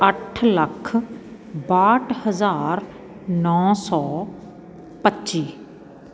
ਅੱਠ ਲੱਖ ਬਾਹਠ ਹਜ਼ਾਰ ਨੌ ਸੌ ਪੱਚੀ